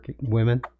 women